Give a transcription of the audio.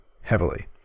heavily